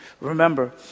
remember